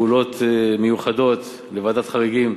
פעולות מיוחדות, לוועדת חריגים,